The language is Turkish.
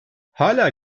hâlâ